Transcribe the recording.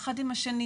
אחד עם השני,